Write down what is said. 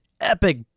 epic